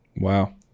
Wow